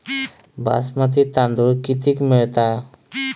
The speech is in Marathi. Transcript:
बासमती तांदूळ कितीक मिळता?